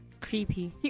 Creepy